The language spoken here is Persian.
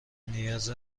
نیاز